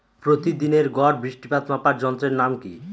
প্রতিদিনের গড় বৃষ্টিপাত মাপার যন্ত্রের নাম কি?